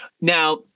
Now